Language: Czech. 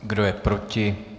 Kdo je proti?